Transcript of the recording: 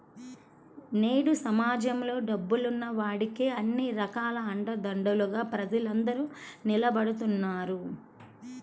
నేడు సమాజంలో డబ్బున్న వాడికే అన్ని రకాల అండదండలుగా ప్రజలందరూ నిలబడుతున్నారు